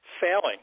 failing